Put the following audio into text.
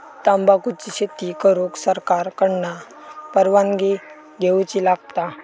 तंबाखुची शेती करुक सरकार कडना परवानगी घेवची लागता